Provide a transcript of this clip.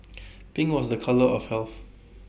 pink was A colour of health